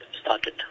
started